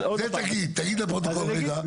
זה תגיד, תגיד לפרוטוקול רגע שאתה בעד.